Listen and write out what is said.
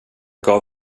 gav